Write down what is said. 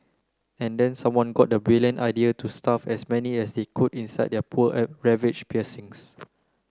and then someone got the brilliant idea to stuff as many as they could inside their poor ravaged piercings